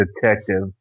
detective –